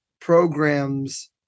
programs